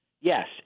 Yes